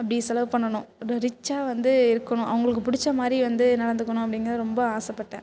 அப்படி செலவு பண்ணணும் அப்படி ரிச்சாக வந்து இருக்கணும் அவங்களுக்கு பிடிச்சமாதிரி வந்து நடந்துக்கணும் அப்டிங்கிறது ரொம்ப ஆசைப்பட்டேன்